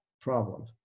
problem